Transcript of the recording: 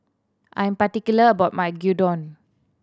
I'm particular about my Gyudon